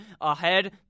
ahead